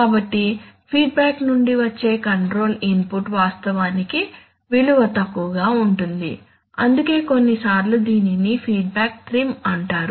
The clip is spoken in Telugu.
కాబట్టి ఫీడ్బ్యాక్ నుండి వచ్చే కంట్రోల్ ఇన్పుట్ వాస్తవానికి విలువ తక్కువగా ఉంటుంది అందుకే కొన్నిసార్లు దీనిని ఫీడ్బ్యాక్ ట్రిమ్ అంటారు